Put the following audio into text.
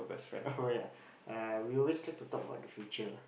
oh ya uh we always like to talk about the future lah